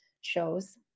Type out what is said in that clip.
shows